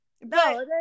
No